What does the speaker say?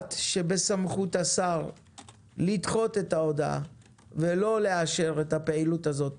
יפורט שבסמכות השר לדחות את ההודעה ולא לאשר את הפעילות הזאת